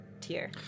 tier